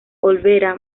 olvera